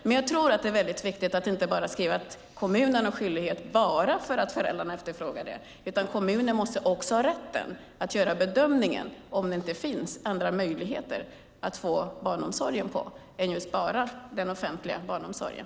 Men jag tror att det är väldigt viktigt att inte skriva att kommunerna har skyldighet att ordna detta bara för att föräldrar efterfrågar det, utan kommunerna måste också ha rätten att bedöma om det finns andra möjligheter att få barnomsorg än bara den offentliga barnomsorgen.